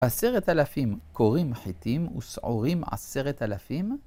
עשרת אלפים כורים חיטים ושעורים עשרת אלפים?